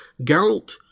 Geralt